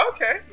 Okay